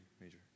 major